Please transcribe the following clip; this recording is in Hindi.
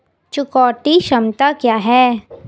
चुकौती क्षमता क्या है?